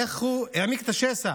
איך הוא העמיק את השסע